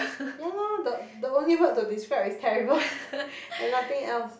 ya lor the the only word to describe is terrible and nothing else